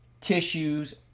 tissues